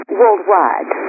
worldwide